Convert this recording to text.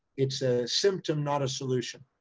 it's a symptom, not a solution.